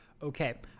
Okay